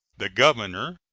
the governor,